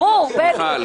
ברור.